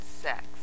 sex